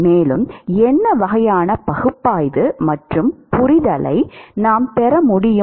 மேலும் என்ன வகையான பகுப்பாய்வு மற்றும் புரிதலை நாம் பெற முடியும்